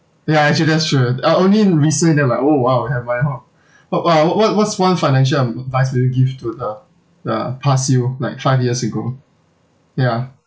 ya actually that's true I only recently then like oh !wow! have money hor but but what what's one financial advice will you give to the the past you like five years ago ya